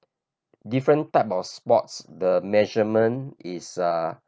different type of sports the measurement is uh